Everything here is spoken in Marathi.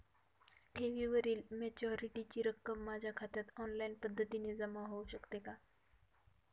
ठेवीवरील मॅच्युरिटीची रक्कम माझ्या खात्यात ऑनलाईन पद्धतीने जमा होऊ शकते का?